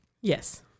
Yes